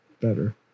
better